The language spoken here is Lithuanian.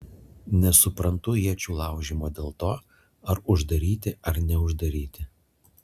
nesuprantu iečių laužymo dėl to ar uždaryti ar neuždaryti